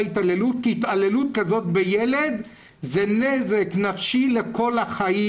התעללות כי התעללות כזאת בילד זה נזק נפשי לכל החיים.